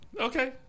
Okay